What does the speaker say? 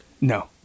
No